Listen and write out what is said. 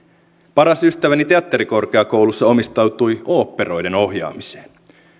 paras ystäväni teatterikorkeakoulussa omistautui oopperoiden ohjaamiseen